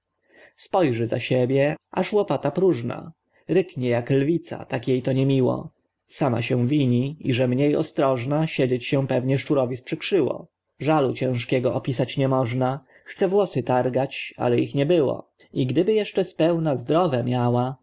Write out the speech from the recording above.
spójrzy za siebie aż łopata próżna ryknie jak lwica tak jej to niemiło sama się wini i że mniej ostrożna siedzieć się pewnie szczurowi sprzykrzyło żalu ciężkiego opisać nie można chce włosy targać ale ich nie było i gdyby jeszcze spełna zdrowe miała